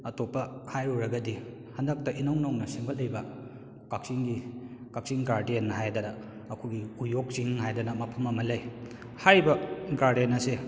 ꯑꯇꯣꯞꯄ ꯍꯥꯏꯔꯨꯔꯒꯗꯤ ꯍꯟꯗꯛꯇ ꯏꯅꯧ ꯅꯧꯅ ꯁꯦꯝꯒꯠꯂꯤꯕ ꯀꯛꯆꯤꯡꯒꯤ ꯀꯛꯆꯤꯡ ꯒꯥꯔꯗꯦꯟ ꯍꯥꯏꯗꯅ ꯑꯩꯈꯣꯏꯒꯤ ꯎꯌꯣꯛ ꯆꯤꯡ ꯍꯥꯏꯗꯅ ꯃꯐꯝ ꯑꯃ ꯂꯩ ꯍꯥꯏꯔꯤꯕ ꯒꯥꯔꯗꯦꯟ ꯑꯁꯦ